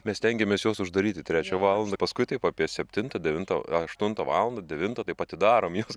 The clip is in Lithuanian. mes stengiamės juos uždaryti trečią valandą paskui taip apie septintą devintą aštuntą valandą devintą taip atidarom jas